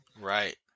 Right